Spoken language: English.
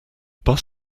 bus